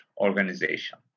organization